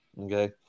Okay